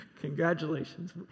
Congratulations